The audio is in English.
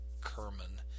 kerman